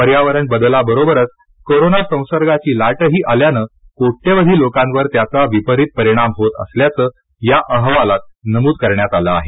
पर्यावरण बदलाबरोबरच कोरोना संसर्गाची लाटही आल्यानं कोट्यवधी लोकांवर त्याचा विपरीत परिणाम होत असल्याचं या अहवालात नमूद करण्यात आलं आहे